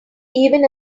even